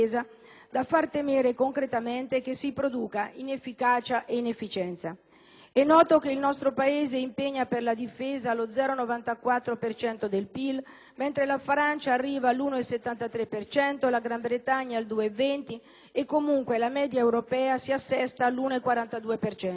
da far temere concretamente che si produca inefficacia e inefficienza. È noto che il nostro Paese impegna per la difesa lo 0,94 per cento del PIL, mentre la Francia arriva all'1,73 per cento e la Gran Bretagna al 2,20 e comunque la media europea si assesta all'1,42.